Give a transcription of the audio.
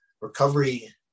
recovery